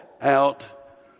out